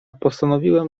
postanowiłem